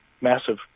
massive